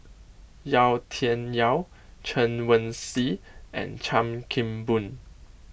Yau Tian Yau Chen Wen Hsi and Chan Kim Boon